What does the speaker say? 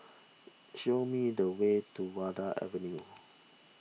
show me the way to Vanda Avenue